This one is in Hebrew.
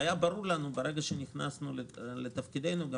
כאשר נכנסנו לתפקידנו היה ברור לנו,